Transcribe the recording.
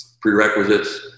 prerequisites